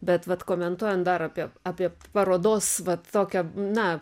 bet vat komentuojant dar apie apie parodos va tokią na